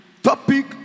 topic